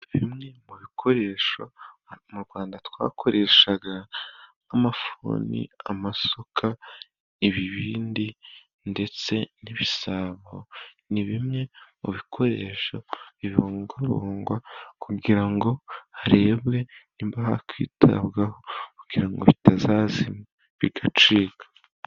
Bimwe mu bikoresho mu Rwanda twakoreshaga nk'amafuni, amasuka ibibindi ndetse n'ibisabo. Ni bimwe mu bikoresho bibungabungwa kugira ngo harebwe nimba byakwitabwaho kugira ngo bitazazima bigacika.